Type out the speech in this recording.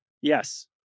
Yes